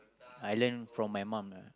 I learn from my mom lah